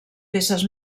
peces